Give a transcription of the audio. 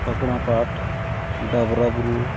ᱯᱟᱠᱲᱟ ᱯᱟᱴ ᱰᱟᱵᱨᱟ ᱵᱩᱨᱩ